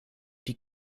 die